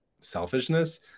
selfishness